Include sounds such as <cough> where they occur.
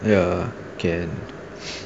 ya can <breath>